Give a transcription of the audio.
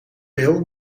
wil